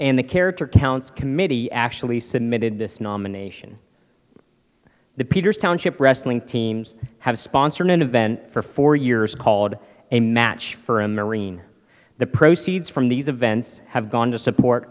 and the character counts committee actually submitted this nomination the peters township wrestling teams have sponsored an event for four years called a match for a marine the proceeds from these events have gone to support